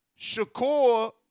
Shakur